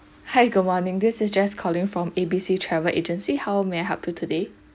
hi good morning this is jess calling from A B C travel agency how may I help you today